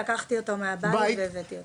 לקחתי אותו מהבית והבאתי אותו.